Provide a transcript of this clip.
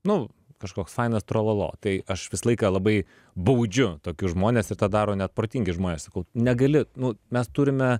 nu kažkoks fainas trololo tai aš visą laiką labai baudžiu tokius žmones ir tą daro net protingi žmonės negali nu mes turime